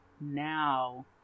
now